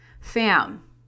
fam